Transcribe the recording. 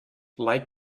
like